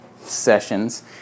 sessions